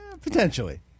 Potentially